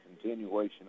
continuation